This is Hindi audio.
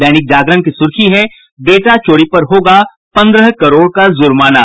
दैनिक जागरण की सुर्खी है डेटा चोरी पर होगा पंद्रह करोड़ का जुर्माना